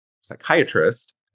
psychiatrist